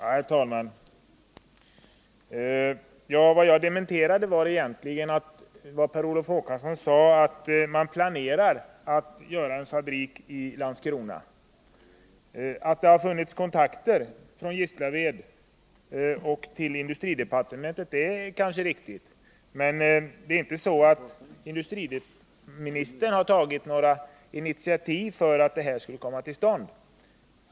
Herr talman! Vad jag egentligen dementerade var vad Per Olof Håkansson sade, nämligen att man planerar en fabrik i Landskrona. Att det har förekommit kontakter mellan Gislaved och industridepartementet är kanske riktigt, men det är inte så att industriministern har tagit några initiativ för att de kontakterna skulle komma till stånd.